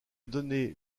donné